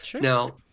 Now